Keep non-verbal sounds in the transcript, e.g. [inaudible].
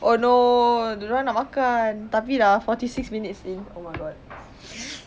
oh no dia orang nak makan tapi dah forty six minutes in oh my god [noise]